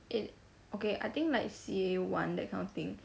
eh okay I think like C_A one that kind of thing